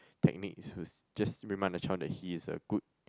techniques whose just remind the child that he's a good